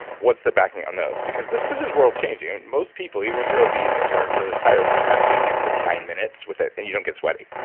what's the backing on those? because this this is world changing. most people, even if you're obese and you're really tired three times a week, you and spend nine minutes with it and you don't get sweaty?